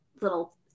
little